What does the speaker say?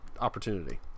opportunity